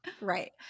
right